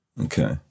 Okay